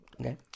Okay